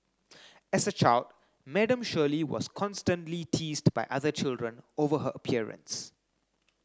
as a child Madam Shirley was constantly teased by other children over her appearance